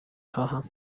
خواهم